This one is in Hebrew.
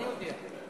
מי הודיע?